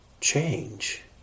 change